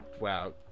Wow